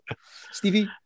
Stevie